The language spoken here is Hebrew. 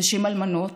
נשים אלמנות,